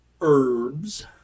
herbs